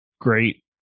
great